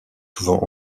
souvent